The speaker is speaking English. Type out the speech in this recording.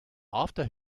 after